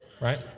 right